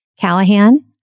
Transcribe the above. Callahan